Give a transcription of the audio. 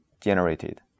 generated